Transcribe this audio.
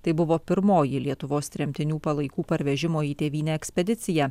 tai buvo pirmoji lietuvos tremtinių palaikų parvežimo į tėvynę ekspedicija